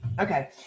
okay